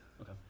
Okay